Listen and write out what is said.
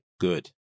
good